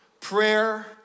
prayer